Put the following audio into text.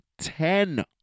ten